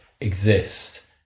exist